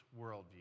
worldview